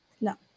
No